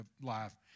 life